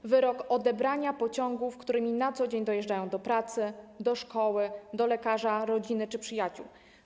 To wyrok odebrania pociągów, którymi na co dzień dojeżdżają do pracy, do szkoły, do lekarza, rodziny czy przyjaciół.